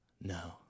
No